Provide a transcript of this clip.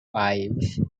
five